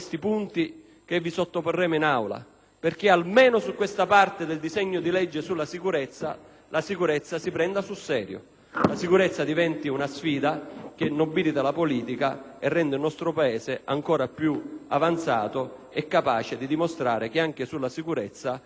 perché, almeno su questa parte del disegno di legge sulla sicurezza, la sicurezza si prenda sul serio e diventi una sfida che nobiliti la politica e renda il nostro Paese ancora più avanzato e capace di dimostrare che anche sulla sicurezza è in grado di dare risposte efficaci e coerenti